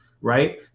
right